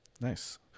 nice